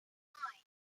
nine